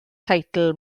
teitl